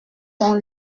son